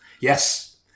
Yes